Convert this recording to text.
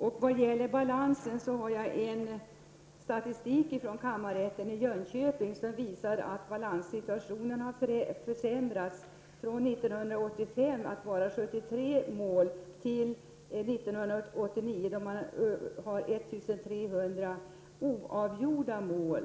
När det gäller frågan om ärendebalanserna visar en statistik från kammarrätten i Jönköping att situationen har försämrats från år 1975 då balansen var 73 mål till år 1989 då antalet oavgjorda mål